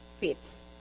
fits